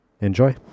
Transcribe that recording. enjoy